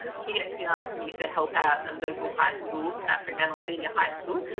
he actually asked me to help out a local high school, south fremantle senior high school.